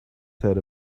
said